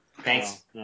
Thanks